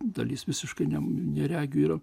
dalis visiškai neregių yra